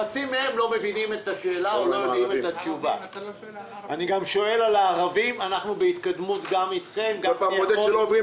השאלה היא גם מה זה ייצוג הולם בכלל, כמה זה ייצוג